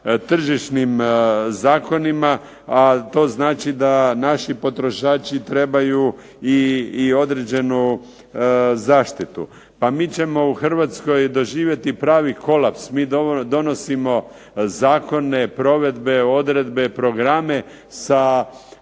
tržišnim zakonima, a to znači da naši potrošači trebaju i određenu zaštitu. Pa mi ćemo u Hrvatskoj doživjeti pravi kolaps. Mi donosimo zakone, provedbe, odredbe, programe sa